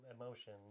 emotion